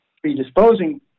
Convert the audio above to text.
predisposing